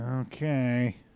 Okay